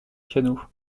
piano